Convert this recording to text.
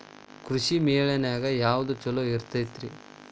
ಕೃಷಿಮೇಳ ನ್ಯಾಗ ಯಾವ್ದ ಛಲೋ ಇರ್ತೆತಿ?